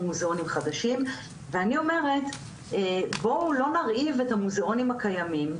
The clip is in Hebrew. מוזיאונים חדשים ואני אומרת בואו לא נרעיב את המוזיאונים הקיימים,